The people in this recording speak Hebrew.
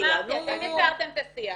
אני לא אמרתי, אתם יצרתם את השיח.